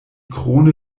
krone